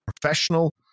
Professional